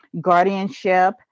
guardianship